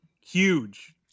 Huge